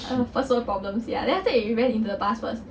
uh first world problems sia then after that we ran into the bus first